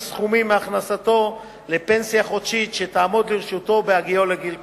סכומים מהכנסתו לפנסיה חודשית שתעמוד לרשותו בהגיעו לגיל פרישה.